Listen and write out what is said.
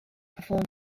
performed